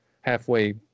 halfway